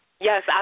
Yes